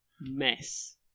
mess